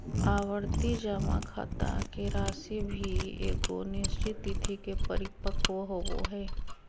आवर्ती जमा खाता के राशि भी एगो निश्चित तिथि के परिपक्व होबो हइ